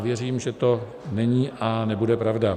Věřím, že to není a nebude pravda.